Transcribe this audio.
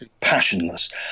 passionless